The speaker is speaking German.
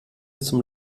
zum